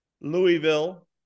Louisville